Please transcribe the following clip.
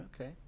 Okay